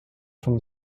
from